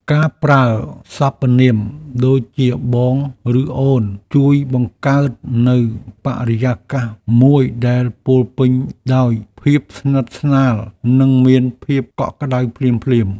ការប្រើសព្វនាមដូចជាបងឬអូនជួយបង្កើតនូវបរិយាកាសមួយដែលពោរពេញដោយភាពស្និទ្ធស្នាលនិងមានភាពកក់ក្តៅភ្លាមៗ។